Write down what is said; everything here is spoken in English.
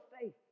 faith